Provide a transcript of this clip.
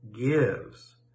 gives